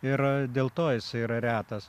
ir dėl to jisai yra retas